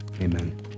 Amen